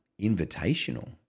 invitational